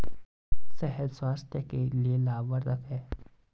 शहद स्वास्थ्य के लिए लाभवर्धक है